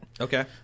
Okay